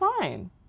fine